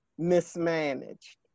mismanaged